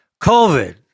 COVID